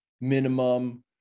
minimum